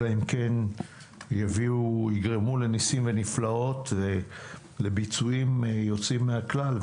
אלא אם כן יגרמו לניסים ונפלאות ולביצועים יוצאים מהכלל,